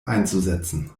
einzusetzen